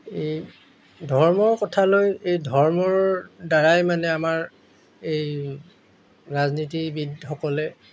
এই ধৰ্মৰ কথালৈ এই ধৰ্মৰ দ্বাৰাই মানে আমাৰ এই ৰাজনীতিবিদসকলে